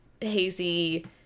hazy